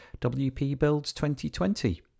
WPBUILDS2020